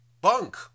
bunk